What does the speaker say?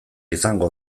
izango